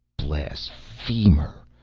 blasphemer!